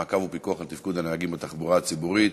מעקב ופיקוח על תפקוד הנהגים בתחבורה הציבורית.